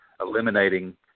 eliminating